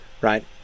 right